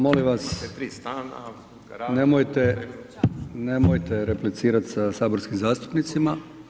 Molim vas nemojte replicirati sa saborskim zastupnicima.